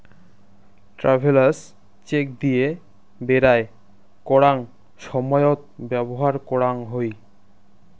travellers cheque দিয়ে বেরায় করাঙ সময়ত ব্যবহার করাং হই